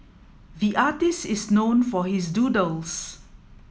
the artist is known for his doodles